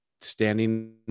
standing